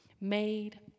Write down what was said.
made